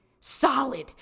solid